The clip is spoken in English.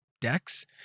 decks